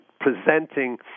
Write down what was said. presenting